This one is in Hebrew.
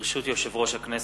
ברשות יושב-ראש הכנסת,